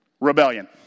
Rebellion